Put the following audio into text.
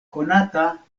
konata